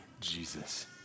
Jesus